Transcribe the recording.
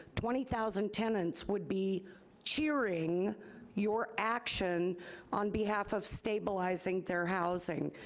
twenty thousand tenants would be cheering your action on behalf of stabilizing their housing.